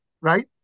right